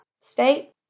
state